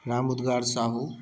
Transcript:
Ram Udgar Sahu